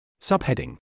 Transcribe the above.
Subheading